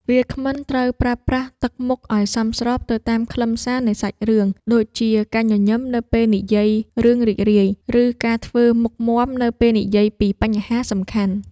វាគ្មិនត្រូវប្រើប្រាស់ទឹកមុខឱ្យសមស្របទៅតាមខ្លឹមសារនៃសាច់រឿង ដូចជាការញញឹមនៅពេលនិយាយរឿងរីករាយ ឬការធ្វើមុខមាំនៅពេលនិយាយពីបញ្ហាសំខាន់។